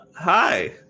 Hi